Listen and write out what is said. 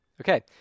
Okay